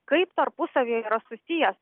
kaip tarpusavyje yra susijęs